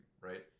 right